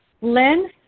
Lynn